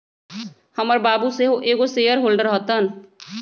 हमर बाबू सेहो एगो शेयर होल्डर हतन